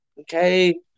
Okay